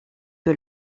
que